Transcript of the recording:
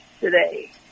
today